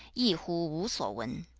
yi hu wu suo wen,